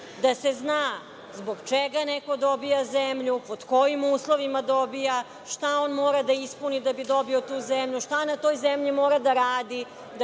da se zna zbog čega neko dobija zemlju, pod kojim uslovima dobija, šta on mora da ispuni da bi dobio tu zemlju, šta na toj zemlji mora da radi